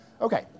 Okay